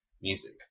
music